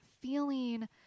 feeling